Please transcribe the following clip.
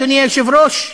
אדוני היושב-ראש,